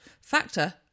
factor